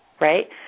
right